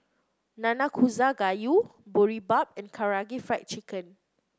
Nanakusa Gayu Boribap and Karaage Fried Chicken